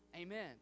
Amen